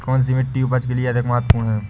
कौन सी मिट्टी उपज के लिए अधिक महत्वपूर्ण है?